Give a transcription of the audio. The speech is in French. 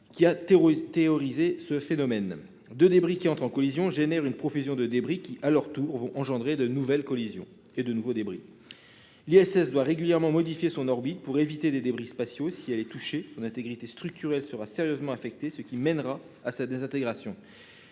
qui a théorisé ce phénomène : deux débris qui entrent en collision génèrent une profusion de débris, qui, à leur tour, vont engendrer de nouvelles collisions et de nouveaux débris. La Station spatiale internationale (ISS) doit régulièrement modifier son orbite pour éviter des débris spatiaux. Si elle est touchée, son intégrité structurelle sera sérieusement affectée, ce qui mènera à sa désintégration.